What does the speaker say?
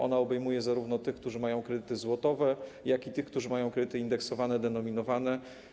Ona obejmuje zarówno tych, którzy mają kredyty złotowe, jak i tych, którzy mają kredyty indeksowane, denominowane.